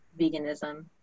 veganism